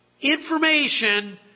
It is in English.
information